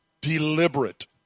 Deliberate